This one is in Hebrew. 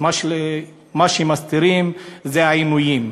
מה שמסתירים זה העינויים,